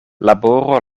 laboro